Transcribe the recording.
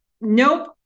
nope